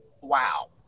wow